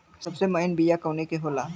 सबसे महीन बिया कवने के होला?